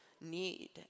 need